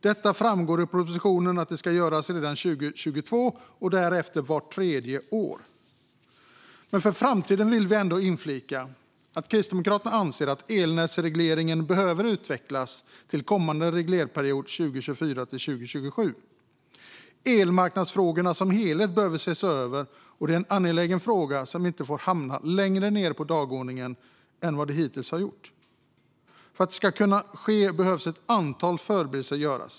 Det framgår i propositionen att detta ska göras redan 2022 och därefter vart tredje år. För framtiden vill vi dock inflika att Kristdemokraterna anser att elnätsregleringen behöver utvecklas till kommande reglerperiod 2024-2027. Elmarknadsfrågorna som helhet behöver ses över, och det är en angelägen fråga som inte får hamna längre ned på dagordningen än vad den hittills har gjort. För att detta ska kunna ske behövs ett antal förberedelser.